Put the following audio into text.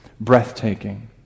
breathtaking